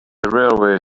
railway